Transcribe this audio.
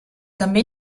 també